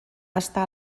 està